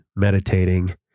Meditating